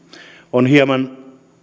on hieman